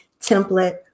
template